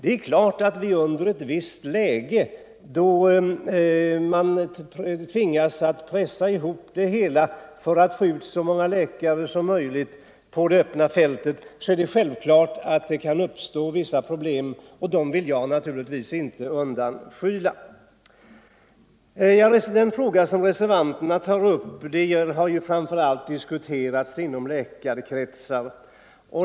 Det är klart att det i ett visst läge — då man tvingas pressa på för att få ut så många läkare som möjligt på fältet — kan uppstå vissa problem, och dem vill jag naturligtvis inte skyla över. Reservanterna tar upp en fråga som framför allt har diskuterats inom läkarkretsar.